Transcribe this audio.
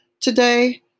Today